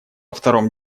втором